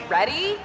Ready